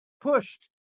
pushed